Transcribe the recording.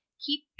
keep